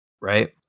Right